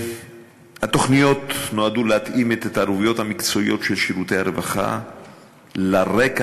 התוכניות נועדו להתאים את ההתערבויות המקצועיות של שירותי הרווחה לרקע